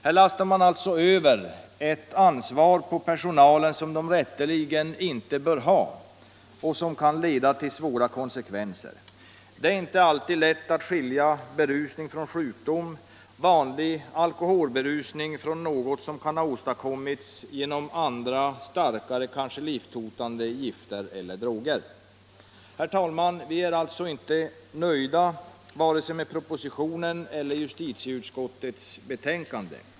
Här lastar man alltså över ett ansvar på personalen som den rätteligen inte bör ha och som kan leda till svåra konsekvenser. Det är inte alltid lätt att skilja berusning från sjukdom eller att skilja vanlig alkoholberusning från något som kan ha åstadkommits med starkare, kanske livshotande gifter eller droger. Herr talman! Vi är alltså inte nöjda med vare sig propositionen eller justitieutskottets betänkande.